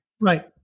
Right